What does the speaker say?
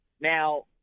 Now –